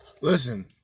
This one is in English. Listen